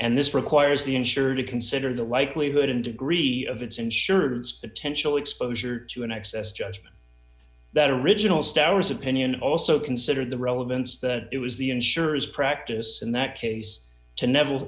and this requires the insurer to consider the likelihood in degree of its insurance potential exposure to an excess judgment that original stars opinion also consider the relevance that it was the insurers practice in that case to never